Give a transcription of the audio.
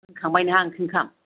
खांबाय नोंहा ओंख्रि ओंखाम